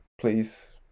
please